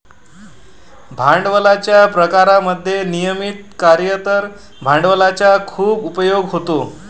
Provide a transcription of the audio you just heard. भांडवलाच्या प्रकारांमध्ये नियमित कार्यरत भांडवलाचा खूप उपयोग होतो